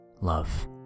Love